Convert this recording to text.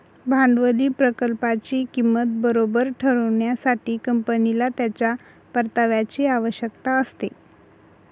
भांडवली प्रकल्पाची किंमत बरोबर ठरविण्यासाठी, कंपनीला त्याच्या परताव्याची आवश्यकता असते